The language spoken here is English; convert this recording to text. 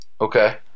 Okay